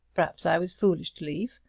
perhaps i was foolish to leave.